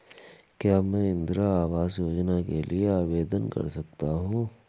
क्या मैं इंदिरा आवास योजना के लिए आवेदन कर सकता हूँ?